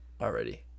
already